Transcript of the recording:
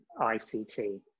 ICT